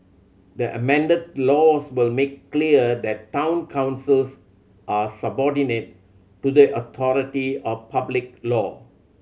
the amended laws will make clear that town councils are subordinate to the authority of public law